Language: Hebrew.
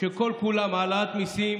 שכל-כולם העלאת מיסים,